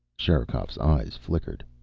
sherikov's eyes flickered.